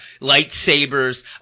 lightsabers